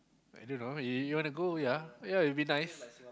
I don't know you you want to go ya ya it'll be nice